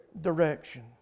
direction